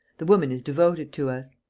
the woman is devoted to us.